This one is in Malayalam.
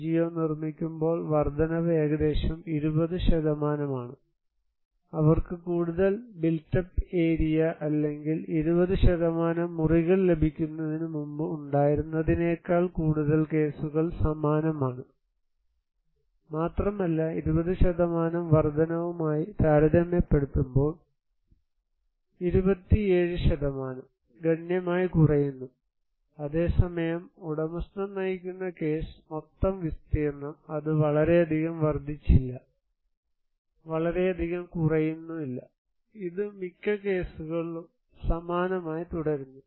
എൻജിഒ നിർമ്മിക്കുമ്പോൾ വർദ്ധനവ് ഏകദേശം 20 ആണ് അവർക്ക് കൂടുതൽ ബിൽറ്റ് അപ്പ് ഏരിയ അല്ലെങ്കിൽ 20 മുറികൾ ലഭിക്കുന്നതിന് മുമ്പ് ഉണ്ടായിരുന്നതിനേക്കാൾ കൂടുതൽ കേസുകൾ സമാനമാണ് മാത്രമല്ല 20 വർദ്ധനവുമായി താരതമ്യപ്പെടുത്തുമ്പോൾ 27 ഗണ്യമായി കുറയുന്നു അതേസമയം ഉടമസ്ഥൻ നയിക്കുന്ന കേസ് മൊത്തം വിസ്തീർണ്ണം അത് വളരെയധികം വർദ്ധിച്ചില്ല വളരെയധികം കുറയുന്നില്ല ഇത് മിക്ക കേസുകളും സമാനമായി തുടരുന്നു